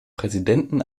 präsidenten